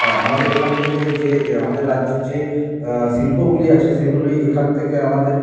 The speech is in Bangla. হয় আমাদের এখান থেকে যে আমাদের রাজ্যের যে শিল্পগুলি আছে সেগুলি এখান থেকে আমাদের